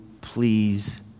please